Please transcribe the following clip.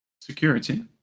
Security